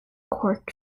cork